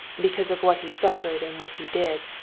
because of what he suffered and what he did,